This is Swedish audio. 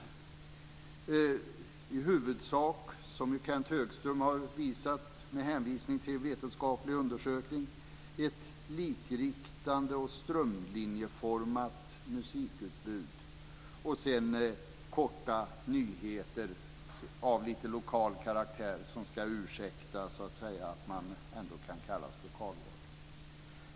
Det är i huvudsak som Kenth Högström har visat med hänvisning till en vetenskaplig undersökning ett likriktat och strömlinjeformat musikutbud och sedan korta nyheter av lokal karaktär som ska ursäkta att man ändå kan kallas lokalradio.